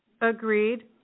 Agreed